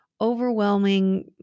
overwhelming